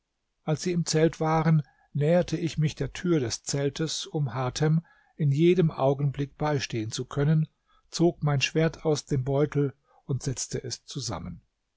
als sie im zelt waren näherte ich mich der tür des zeltes um hatem in jedem augenblick beistehen zu können zog mein schwert aus dein beutel und setzte es zusammen